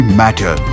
matter